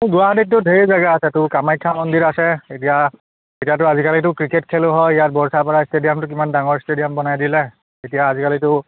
গুৱাহাটীতটো ঢেৰ জেগা আছে তোৰ কামাখ্যা মন্দিৰ আছে এতিয়া এতিয়াতো আজিকালিতো ক্ৰিকেট খেলো হয় ইয়াত বৰ্ষাপাৰা ষ্টেডিয়ামটো কিমান ডাঙৰ ষ্টেডিয়াম বনাই দিলে এতিয়া আজিকালিতো